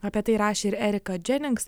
apie tai rašė ir erika dženings